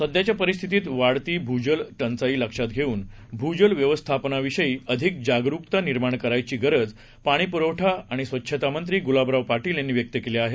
सध्याच्यापरिस्थितीतवाढतीभूजलटंचाईलक्षातघेऊनभूजलव्यवस्थापनाविषयीअधिकजागरूकतानिर्माणकरायचीगरजपाणीपुरव ठावस्वच्छतामंत्रीगुलाबरावपाटीलयांनीव्यक्तकेलीआहे